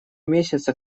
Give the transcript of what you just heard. месяца